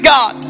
God